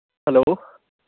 hello